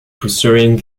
pursuing